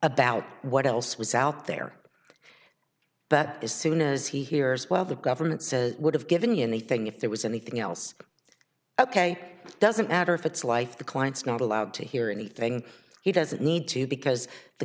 about what else was out there but as soon as he hears well the government would have given you anything if there was anything else ok doesn't matter if it's life the client's not allowed to hear anything he doesn't need to because the